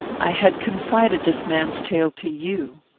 i had confided this man's tale to you.